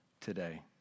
today